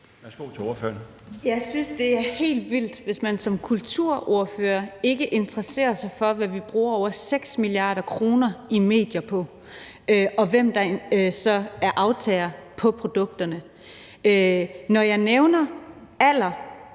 Daugaard (LA): Jeg synes, det er helt vildt, hvis man som kulturordfører ikke interesserer sig for, hvad vi bruger over 6 mia. kr. i mediestøtte på, og hvem der så er aftagere af produkterne. Når jeg nævner alder